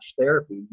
therapy